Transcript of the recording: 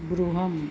गृहम्